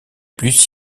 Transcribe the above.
plus